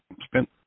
spent